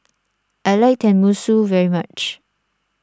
I like Tenmusu very much